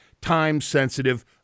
time-sensitive